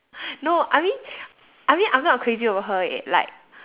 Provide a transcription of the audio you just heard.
no I mean I mean I'm not crazy over her eh like